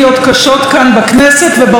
עד כדי רצח פוליטי.